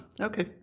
Okay